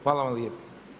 Hvala vam lijepa.